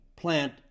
plant